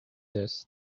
this